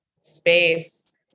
space